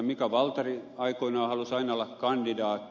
mika waltari aikoinaan halusi aina olla kandidaatti